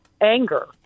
anger